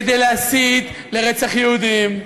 כדי להסית לרצח יהודים,